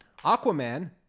Aquaman